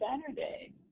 Saturday